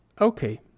Okay